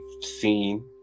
seen